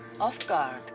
Off-guard